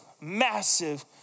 massive